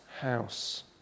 house